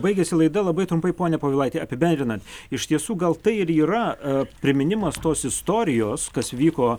baigiasi laida labai trumpai pone povilaiti apibendrinant iš tiesų gal tai ir yra priminimas tos istorijos kas vyko